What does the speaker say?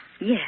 Yes